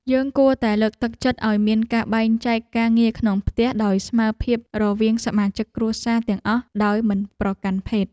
យើងគួរតែលើកទឹកចិត្តឱ្យមានការបែងចែកការងារក្នុងផ្ទះដោយស្មើភាពរវាងសមាជិកគ្រួសារទាំងអស់ដោយមិនប្រកាន់ភេទ។